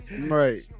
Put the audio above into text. Right